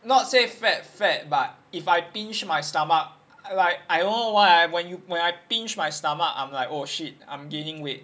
not say fat fat but if I pinch my stomach like I don't know why ah when you when I pinched my stomach I'm like oh shit I'm gaining weight